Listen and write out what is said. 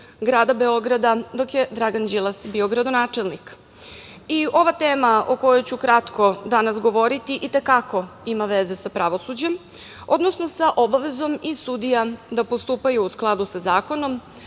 grada Beograda dok je Dragan Đilas bio gradonačelnik. Ova tema o kojoj ću kratko danas govoriti i te kako ima veze sa pravosuđem, odnosno sa obavezom i sudija da postupaju u skladu sa zakonom,